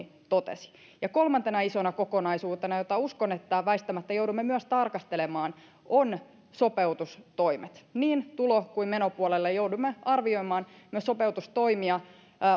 totesi ja kolmantena isona kokonaisuutena jota uskon että väistämättä joudumme myös tarkastelemaan ovat sopeutustoimet niin tulo kuin menopuolella joudumme arvioimaan myös sopeutustoimia